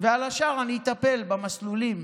ובשאר אני אטפל במסלולים